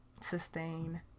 sustain